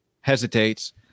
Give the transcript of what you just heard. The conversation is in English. hesitates